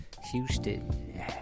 Houston